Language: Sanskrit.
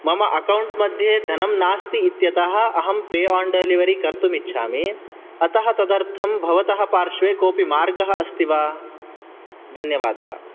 मम अकाौण्ट् मध्ये धनं नास्ति इत्यतः अहं पे आन् डिलिवरी कर्तुं इच्छामि अतः तदर्थं भवतः पार्श्वे कोपि मार्गः अस्ति वा धन्यवादः